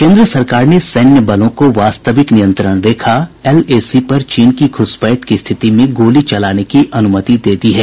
केंद्र सरकार ने सैन्य बलों को वास्तविक नियंत्रण रेखा एलएसी पर चीन की घुसपैठ की स्थिति में गोली चलाने की अनुमति दे दी है